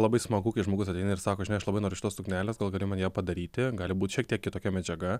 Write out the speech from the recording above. labai smagu kai žmogus ateina ir sako žinai aš labai noriu šitos suknelės gal gali man ją padaryti gali būt šiek tiek kitokia medžiaga